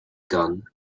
gunn